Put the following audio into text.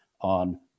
on